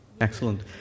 Excellent